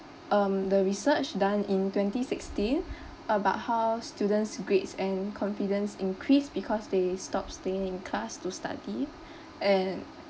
um the research done in twenty sixteen about how student's grades and confidence increase because they stopped staying in class to study and